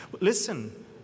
Listen